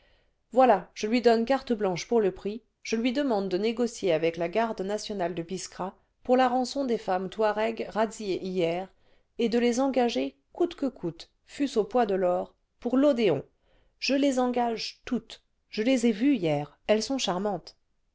voilà je lui donne carte blanche pour le prix je lui demande de négocier avec la garde nationale de biskra pour la rançon des femmes touaregs razziées hier et de les engager coûte que coûte fût-ce au poids de l'or pour l'odéon je les engage toutes je les ai vues hier elles sont charmantes